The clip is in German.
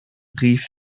rief